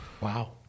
Wow